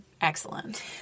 excellent